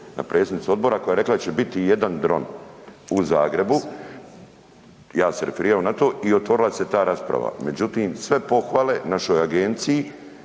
na predsjednicu odbora koja će rekla da će biti jedan dron u Zagrebu, ja sam se referirao na to i otvorila se ta rasprava. Međutim, sve pohvale našoj agenciji